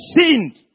sinned